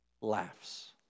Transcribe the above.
laughs